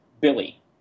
Billy